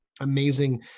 amazing